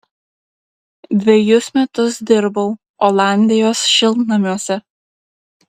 dvejus metus dirbau olandijos šiltnamiuose